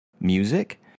music